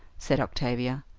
said octavia.